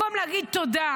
במקום להגיד תודה?